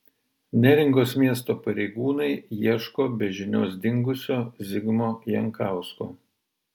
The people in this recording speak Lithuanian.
neringos miesto pareigūnai ieško be žinios dingusio zigmo jankausko